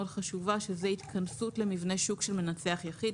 חשובה שזה התכנסות למבנה שוק של מנצח יחיד.